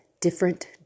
different